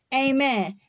Amen